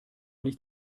nicht